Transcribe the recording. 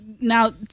Now